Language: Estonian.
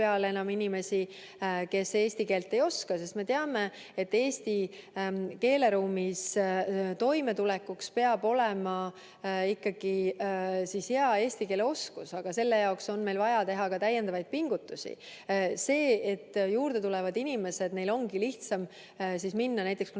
peale enam inimesi, kes eesti keelt ei oska, sest me teame, et eesti keeleruumis toimetulekuks peab olema ikkagi hea eesti keele oskus, aga selle nimel on meil vaja teha täiendavaid pingutusi. See, et juurde tulevatel inimestel ongi lihtsam minna, näiteks kui